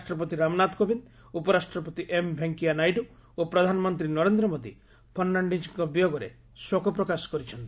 ରାଷ୍ଟ୍ରପତି ରାମନାଥ କୋବିନ୍ଦ୍ ଉପରାଷ୍ଟ୍ରପତି ଏମ୍ ଭେଙ୍କିୟା ନାଇଡୁ ଓ ପ୍ରଧାନମନ୍ତ୍ରୀ ନରେନ୍ଦ୍ର ମୋଦି ଫର୍ଷାଣିଜ୍ଙ୍କ ବିୟୋଗରେ ଶୋକ ପ୍ରକାଶ କରିଚ୍ଛନ୍ତି